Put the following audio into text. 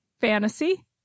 Fantasy